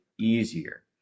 easier